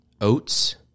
oats